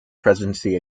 presidency